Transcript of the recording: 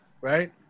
right